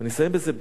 ונסיים בזה,